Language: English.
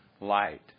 light